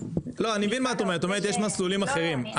אני מבין מה את אומרת, את אומרת יש מסלולים אחרים.